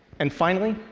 and, finally,